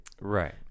right